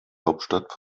hauptstadt